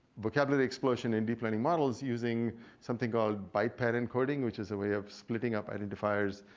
vocabulary explosion in deep learning models using something called by-parent coding which is a way of splitting up identifiers